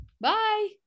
Bye